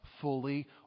fully